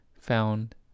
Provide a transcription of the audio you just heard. found